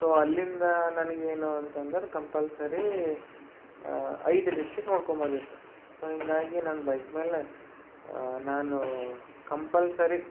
so ಅಲ್ಲಿಂದ ನನಗೆ ಏನು ಅಂತಂದ್ರೆ ಕಂಪಲ್ಸರೀ ಐದು ಡಿಸ್ಟಿಕ್ ನೋಡ್ಕೋಬಂದಿತ್ತು ಸೊ ಹೀಗಾಗಿ ನಾನು ಬೈಕ್ ಮೇಲೆ ನಾನು ಕಂಪಲ್ಸರಿ